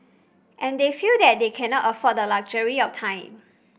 and they feel that they cannot afford the luxury of time